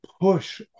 push